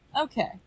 Okay